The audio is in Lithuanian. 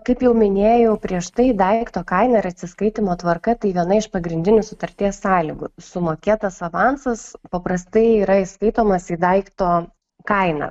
kaip jau minėjau prieš tai daikto kaina ir atsiskaitymo tvarka tai viena iš pagrindinių sutarties sąlygų sumokėtas avansas paprastai yra įskaitomas į daikto kainą